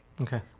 Okay